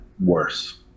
worse